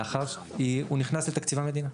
הוא נכנס לתקציב המדינה.